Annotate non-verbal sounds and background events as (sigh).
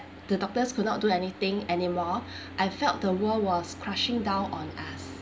the doctors could not do anything anymore (breath) I felt the world was crashing down on us